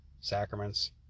sacraments